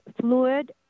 Fluid